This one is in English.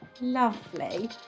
lovely